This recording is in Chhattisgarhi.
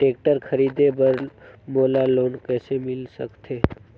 टेक्टर खरीदे बर मोला लोन कइसे मिल सकथे?